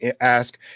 ask